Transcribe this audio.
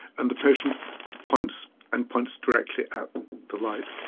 and the patient points and points directly at the light.